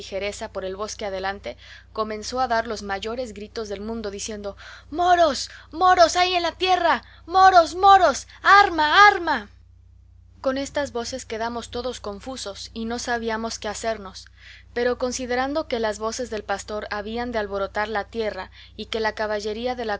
ligereza por el bosque adelante comenzó a dar los mayores gritos del mundo diciendo moros moros hay en la tierra moros moros arma arma con estas voces quedamos todos confusos y no sabíamos qué hacernos pero considerando que las voces del pastor habían de alborotar la tierra y que la caballería de